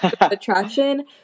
attraction